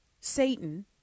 Satan